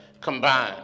combined